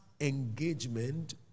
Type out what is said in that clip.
engagement